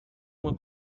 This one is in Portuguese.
uma